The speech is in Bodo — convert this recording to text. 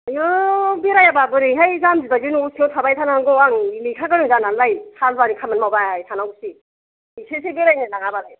आयौ बेरायाबा बोरै हाय जाम्बि बायदि न' सिङाव थाबाय थानांगौ आं लेखा गोरों जानानैलाय हालुवानि खामानि मावबाय थानांगौसि एसेसो बेरायनो लाङाबालाय